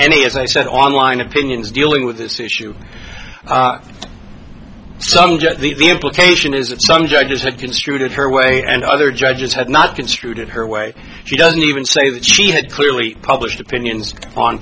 any as i said online opinions dealing with this issue some get the implication is that some judges have construed it her way and other judges have not construed it her way she doesn't even say that she had clearly published opinions on